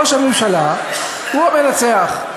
ראש הממשלה הוא המנצח,